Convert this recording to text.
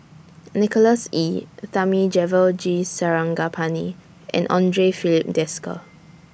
Nicholas Ee Thamizhavel G Sarangapani and Andre Filipe Desker